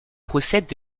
procèdent